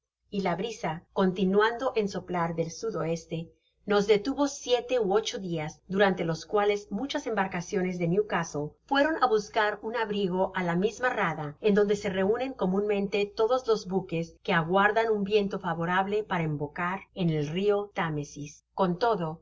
y la brisa continuando en soplar del sud oeste nos detuvo siete ú ocbo dias durante los cuales muchas embarcaciones de newcastle fueron á buscar un abrigo á la misma rada en donde se reunen comunmente todos los buques que aguardan un viento favorable para embocar en el rio támesis con todo